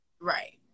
Right